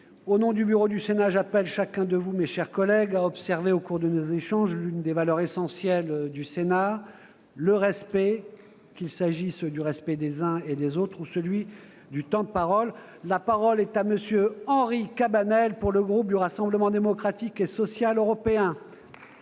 Au nom du Bureau du Sénat, j'appelle chacun de vous, mes chers collègues, à observer au cours de nos échanges l'une des valeurs essentielles du Sénat : le respect, qu'il s'agisse du respect des uns et des autres ou de celui du temps de parole. La parole est à M. Henri Cabanel, pour le groupe du Rassemblement Démocratique et Social Européen.